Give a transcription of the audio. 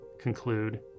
conclude